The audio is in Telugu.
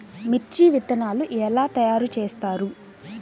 మిర్చి విత్తనాలు ఎలా తయారు చేస్తారు?